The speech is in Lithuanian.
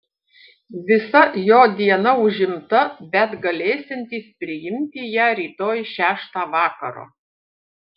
visa jo diena užimta bet galėsiantis priimti ją rytoj šeštą vakaro